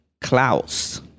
Klaus